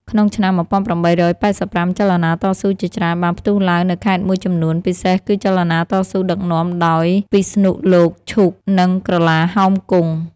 ក្នុងឆ្នាំ ១៨៨៥ ចលនាតស៊ូជាច្រើនបានផ្ទុះឡើងនៅខេត្តមួយចំនួន ពិសេសគឺចលនាតស៊ូដឹកនាំដោយពិស្ណុលោកឈូក និងក្រឡាហោមគង់។